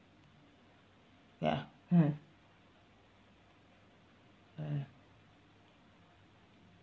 ya uh